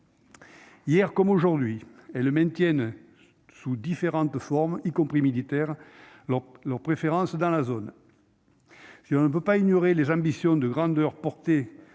Hier comme aujourd'hui, celles-ci maintiennent sous différentes formes, y compris militaires, leur présence dans la zone. Si l'on ne peut ignorer les ambitions de grandeur de